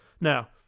Now